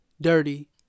dirty